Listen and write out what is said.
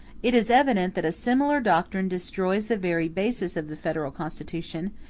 it is evident that a similar doctrine destroys the very basis of the federal constitution,